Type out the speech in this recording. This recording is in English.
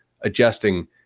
adjusting